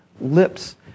lips